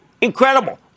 Incredible